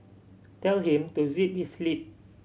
tell him to zip his lip